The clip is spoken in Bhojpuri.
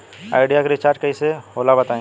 आइडिया के रिचार्ज कइसे होला बताई?